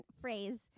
phrase